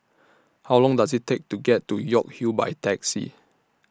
How Long Does IT Take to get to York Hill By Taxi